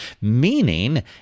meaning